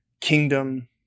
kingdom